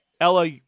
Ella